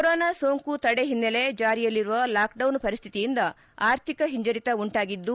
corona ಸೋಂಕು ತಡೆ ಓನ್ನೆಲೆ ಜಾರಿಯಲ್ಲಿರುವ ಲಾಕ್ಡೌನ್ ಪರಿಸ್ಥಿತಿಯಿಂದ ಆರ್ಥಿಕ ಓಂಜರಿತ ಉಂಟಾಗಿದ್ದು